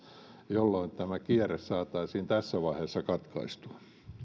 jolloin tämä kierre saataisiin tässä vaiheessa katkaistua